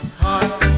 hot